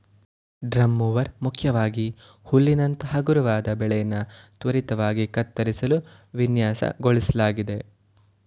drum mower ಮುಖ್ಯವಾಗಿ ಹುಲ್ಲಿನಂತ ಹಗುರವಾದ ಬೆಳೆನ ತ್ವರಿತವಾಗಿ ಕತ್ತರಿಸಲು ವಿನ್ಯಾಸಗೊಳಿಸ್ಲಾಗಿದೆ